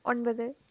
ஒன்பது